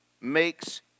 makes